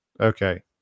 Okay